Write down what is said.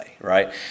right